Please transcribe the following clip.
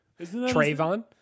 Trayvon